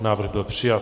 Návrh byl přijat.